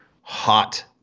hot